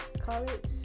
college